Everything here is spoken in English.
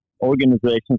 organizations